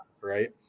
Right